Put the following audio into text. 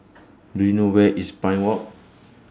Do YOU know Where IS Pine Walk